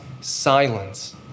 silence